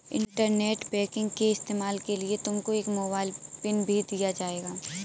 internet banking के इस्तेमाल के लिए तुमको एक मोबाइल पिन भी दिया जाएगा